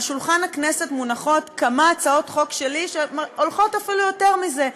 על שולחן הכנסת מונחות כמה הצעות חוק שלי שהולכות אפילו מעבר לזה,